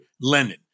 Lenin